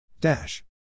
Dash